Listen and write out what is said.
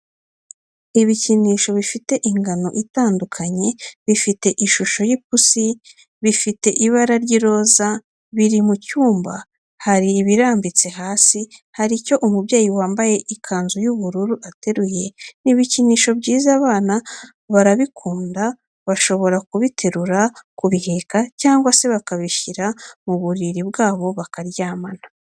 Ibikinisho bifite ingano itandukanye bifite ishusho y'ipusi, bifite ibara ry'iroza, biri mu cyumba hari ibirambitse hasi hari n'icyo umubyeyi wambaye ikanzu y'ubururu, ateruye n'ibikinisho byiza abana barabikunda bashobora kubiterura kubiheka cyangwa se bakabishyira mu buriri bwabo bakaryamana.